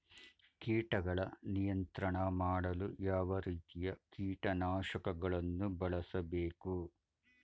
ಕೀಟಗಳ ನಿಯಂತ್ರಣ ಮಾಡಲು ಯಾವ ರೀತಿಯ ಕೀಟನಾಶಕಗಳನ್ನು ಬಳಸಬೇಕು?